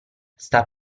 sta